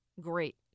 great